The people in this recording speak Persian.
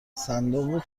صندوق